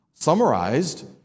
summarized